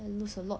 then lose a lot